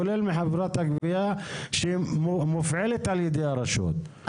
כולל מחברת הגבייה שמופעלת על-ידי הרשות,